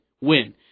win